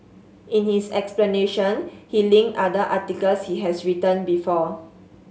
in his explanation he linked other articles he has written before